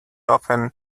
often